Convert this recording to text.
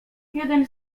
jeden